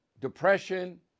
depression